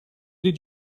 did